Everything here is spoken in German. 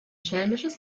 schelmisches